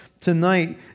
Tonight